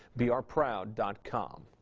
b r proud dot-com.